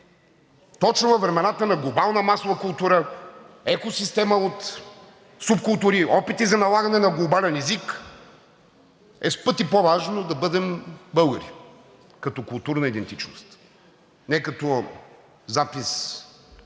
Точно във времената на глобална масова култура, екосистема от субкултури, опити за налагане на глобален език, е с пъти по-важно да бъдем българи като културна идентичност, не като запис